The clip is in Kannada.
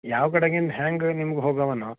ಯಾವ ಕಡೆಯಿಂದ ಹ್ಯಾಂಗೆ ನಿಮ್ಗೆ ಹೋಗವೇನೋ